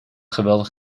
geweldig